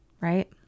Right